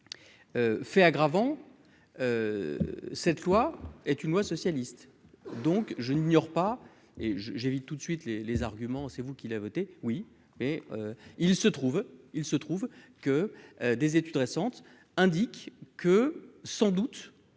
fait aggravant, cette loi est une voix socialiste, donc je n'ignore pas et j'évite toute de suite les les arguments, c'est vous qui la votez oui, oui, il se trouve, il se trouve que des études récentes indiquent que, sans doute,